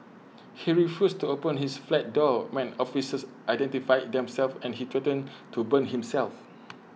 he refused to open his flat door when officers identified themselves and he threatened to burn himself